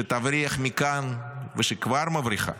שתבריח מכאן ושכבר מבריחה